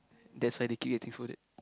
that's why they keep getting scolded